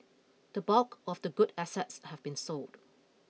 the bulk of the good assets have been sold